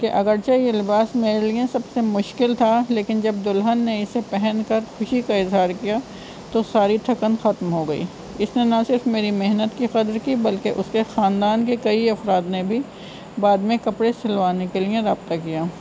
کہ اگرچہ یہ الباس میرے لیئے سب سے مشکل تھا لیکن جب دلہن نے اسے پہن کر خوشی کا اظہار کیا تو ساری تھکن ختم ہو گئی اس نے نہ صرف میری محنت کی قدر کی بلکہ اس کے خاندان کے کئی افراد نے بھی بعد میں کپڑے سلوانے کے لیے رابطہ کیا